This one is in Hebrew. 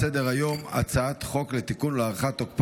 אין